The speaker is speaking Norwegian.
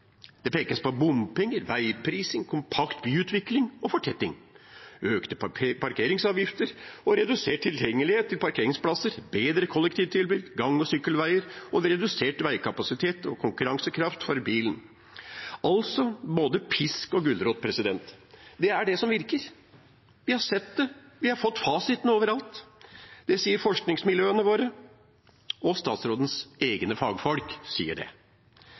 det pekes da på: «bompenger/vegprising, kompakt byutvikling og fortetting, økte parkeringsavgifter og redusert tilgjengelighet til parkeringsplasser, bedre kollektivtilbud, gang- og sykkelanlegg og redusert vegkapasitet/konkurransekraft for bilen.» Det er altså både pisk og gulrot. Det er det som virker. Vi har sett det, vi har fått fasiten overalt. Det sier forskningsmiljøene våre, og det sier statsrådens egne fagfolk. Jeg synes det